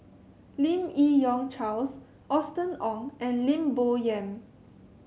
Lim Yi Yong Charles Austen Ong and Lim Bo Yam